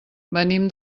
venim